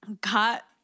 got